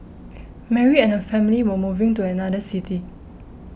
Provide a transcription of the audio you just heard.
Mary and her family were moving to another city